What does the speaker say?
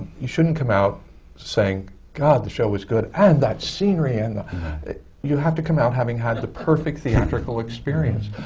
you shouldn't come out saying, god, the show was good, and that scenery and the you have to come out having had the perfect theatrical experience.